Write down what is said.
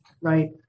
Right